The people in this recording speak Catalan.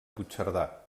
puigcerdà